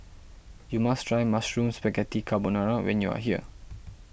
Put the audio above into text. you must try Mushroom Spaghetti Carbonara when you are here